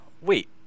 Wait